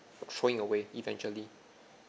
throwing away eventually